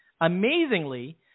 amazingly